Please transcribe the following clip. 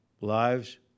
lives